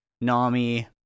Nami